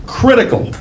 critical